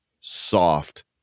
soft